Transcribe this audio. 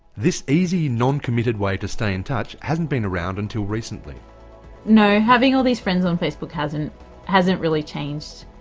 this easy, non-committed way to stay in touch hasn't been around until recently. you know, having all these friends on facebook hasn't hasn't really changed.